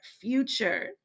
future